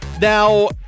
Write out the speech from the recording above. now